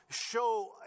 show